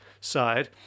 side